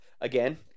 again